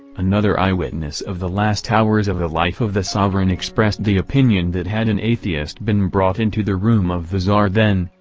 another eyewitness of the last hours of the life of the sovereign expressed the opinion that had an atheist been brought into the room of the tsar then,